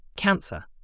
Cancer